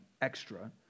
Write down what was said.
extra